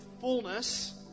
fullness